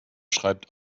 schreibt